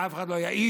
שאף אחד לא יעז,